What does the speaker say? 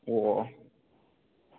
ꯑꯣ ꯑꯣ ꯑꯣ